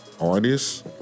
artists